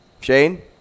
Shane